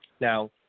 Now